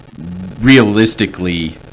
realistically